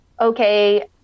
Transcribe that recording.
okay